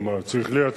נו מה, צריך לייצר.